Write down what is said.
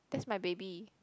that's my baby